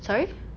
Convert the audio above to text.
sorry